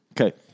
Okay